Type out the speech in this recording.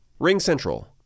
RingCentral